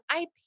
IP